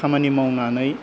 खामानि मावनानै